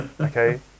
Okay